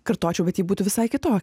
kartočiau bet ji būtų visai kitokia